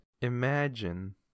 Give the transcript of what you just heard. imagine